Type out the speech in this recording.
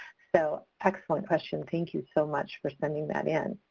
so excellent question. thank you so much for sending that in.